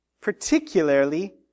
particularly